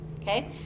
okay